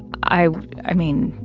i i mean,